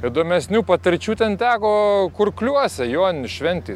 įdomesnių patirčių ten teko kurkliuose joninių šventėj